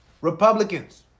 Republicans